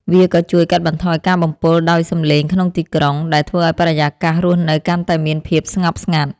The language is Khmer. វាក៏ជួយកាត់បន្ថយការបំពុលដោយសំឡេងក្នុងទីក្រុង ដែលធ្វើឱ្យបរិយាកាសរស់នៅកាន់តែមានភាពស្ងប់ស្ងាត់។